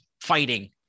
fighting